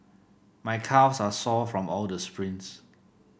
my calves are sore from all the sprints